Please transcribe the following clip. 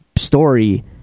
story